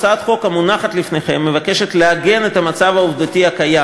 הצעת החוק המונחת לפניכם מבקשת לעגן את המצב העובדתי הקיים,